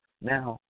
Now